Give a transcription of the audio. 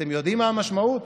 אתם יודעים מה המשמעות?